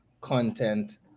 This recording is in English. content